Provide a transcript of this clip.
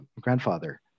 grandfather